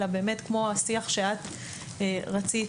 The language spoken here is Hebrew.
אלא באמת לשיח שרצית,